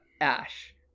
Ash